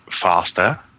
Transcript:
faster